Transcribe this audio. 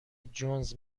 جونز